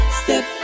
step